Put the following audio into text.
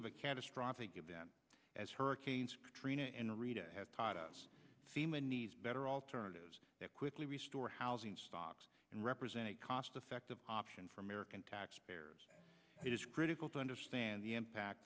of a catastrophic event as hurricanes katrina and rita have taught us seamen needs better alternatives that quickly re store housing stocks and represent a cost effective option for american taxpayers it is critical to understand the impact